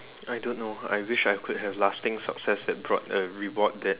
I don't know I wish I could have lasting success that brought a reward that